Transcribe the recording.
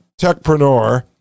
techpreneur